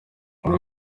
uru